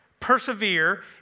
persevere